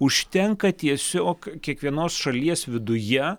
užtenka tiesiog kiekvienos šalies viduje